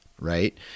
right